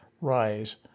Rise